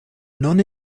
non